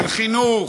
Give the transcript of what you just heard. של חינוך,